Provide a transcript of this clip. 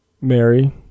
Mary